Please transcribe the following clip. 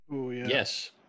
yes